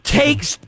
takes